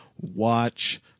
watch